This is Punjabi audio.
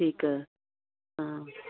ਠੀਕ ਹੈ ਹਾਂ